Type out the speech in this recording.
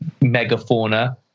megafauna